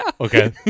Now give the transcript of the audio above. Okay